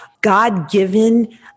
God-given